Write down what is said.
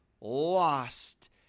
lost